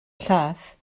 llaeth